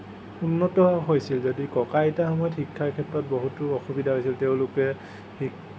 উন্নত হৈছিল যদিও ককা আইতাৰ সময়ত শিক্ষাৰ ক্ষেত্ৰত বহুতো অসুবিধা হৈছিল তেওঁলোকে শি